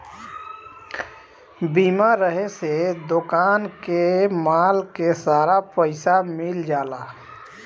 बीमा रहे से दोकान के माल के सारा पइसा मिल जाला